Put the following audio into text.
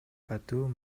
катуу